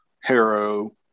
Harrow